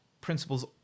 principles